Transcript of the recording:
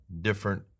different